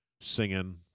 singing